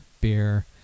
beer